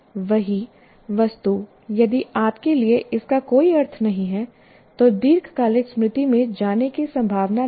वही वस्तु यदि आपके लिए इसका कोई अर्थ नहीं है तो दीर्घकालिक स्मृति में जाने की संभावना नहीं है